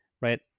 Right